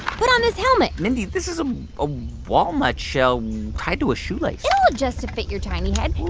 put on this helmet mindy, this is ah walnut shell tied to a shoelace it'll adjust to fit your tiny head